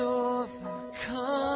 overcome